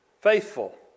faithful